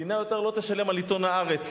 המדינה יותר לא תשלם על עיתון "הארץ"